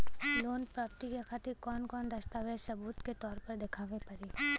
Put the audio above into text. Loan प्राप्ति के खातिर कौन कौन दस्तावेज सबूत के तौर पर देखावे परी?